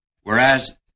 Whereas